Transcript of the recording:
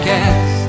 Cast